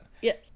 yes